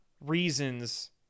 reasons